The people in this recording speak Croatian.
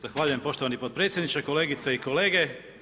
Zahvaljujem poštovani podpredsjedniče, kolegice i kolege.